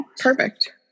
Perfect